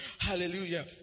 Hallelujah